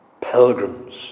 Pilgrims